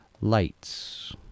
lights